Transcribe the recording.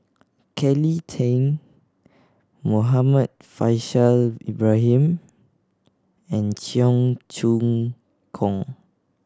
Kelly Tang Muhammad Faishal Ibrahim and Cheong Choong Kong